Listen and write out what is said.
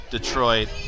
Detroit